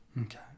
okay